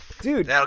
Dude